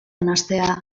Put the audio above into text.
hastea